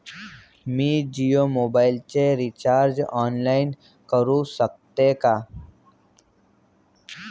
मी जियो मोबाइलचे recharge online करू शकते का?